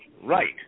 Right